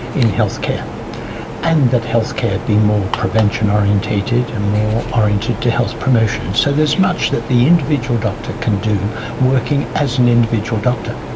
in health care and that health care be more prevention orientated and more oriented to health promotion. so there's much that the individual doctor can do working as an individual doctor.